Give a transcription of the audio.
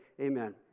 amen